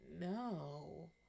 no